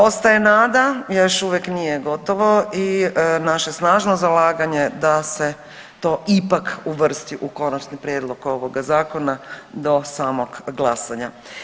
Ostaje nada, jer još uvijek nije gotovo i naše snažno zalaganje da se to ipak uvrsti u konačni prijedlog ovoga zakona do samog glasanja.